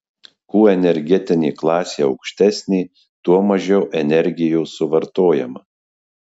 kuo energetinė klasė aukštesnė tuo mažiau energijos suvartojama